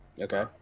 Okay